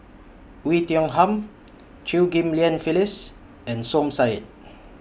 Oei Tiong Ham Chew Ghim Lian Phyllis and Som Said